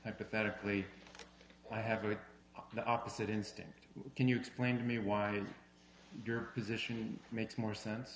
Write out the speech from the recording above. hypothetically i have it the opposite instance can you explain to me why your position makes more sense